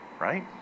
right